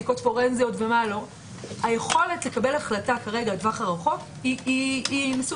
בדיקות פורנזיות ומה לא - היכולת לקבל החלטה לטווח הרחוק היא מסוימת.